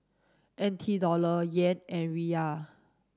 N T Dollar Yen and Riyal